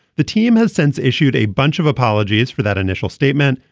the team has since issued a bunch of apologies for that initial statement.